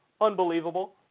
Unbelievable